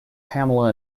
pamela